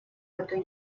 эту